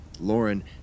Lauren